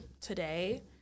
today